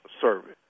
service